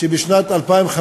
שבשנת 2015